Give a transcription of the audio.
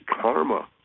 karma